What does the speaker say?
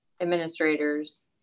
administrators